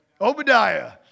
Obadiah